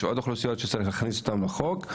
יש עוד אוכלוסיות שצריך להכניס לחוק,